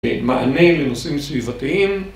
מעניין לנושאים הסביבתיים